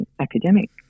academic